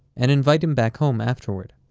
and invite him back home afterward.